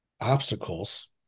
obstacles